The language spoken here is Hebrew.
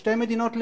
בשתי מדינות לאום.